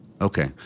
Okay